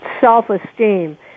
self-esteem